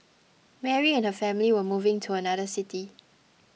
Mary and her family were moving to another city